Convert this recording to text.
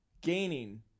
gaining